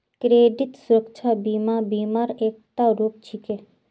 credit सुरक्षा बीमा बीमा र एकता रूप छिके